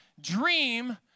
dream